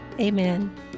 Amen